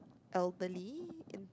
elderly and